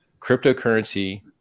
cryptocurrency